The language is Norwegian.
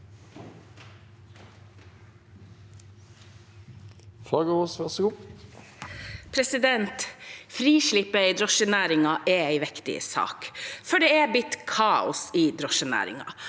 Frislippet i dro- sjenæringen er en viktig sak, for det er blitt kaos i drosjenæringen.